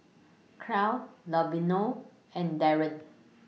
Clell Lavonia and Darren